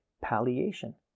palliation